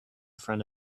front